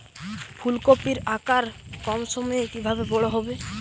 ফুলকপির আকার কম সময়ে কিভাবে বড় হবে?